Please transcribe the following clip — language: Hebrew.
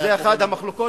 זאת אחת המחלוקות,